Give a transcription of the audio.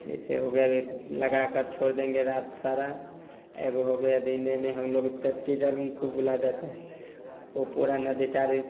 जैसे हो गया लगाकर छोड़ देंगे रात सारा एगो हो गया दिन में हम लोग चट्टीजाल उनको बोला जाता है ओ पोरा नदी चारी